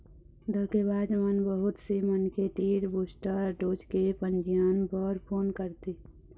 धोखेबाज मन बहुत से मनखे तीर बूस्टर डोज के पंजीयन बर फोन करथे